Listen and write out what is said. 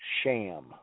sham